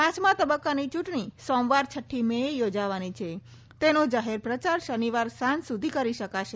પાંચમા તબક્કાની ચૂંટણી સોમવાર છઠ્ઠી મેએ યોજાવાની છે તેનો જાહેરપ્રચાર શનિવાર સાંજ સુધી કરી શકાશે